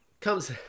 comes